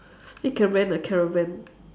you can rent a caravan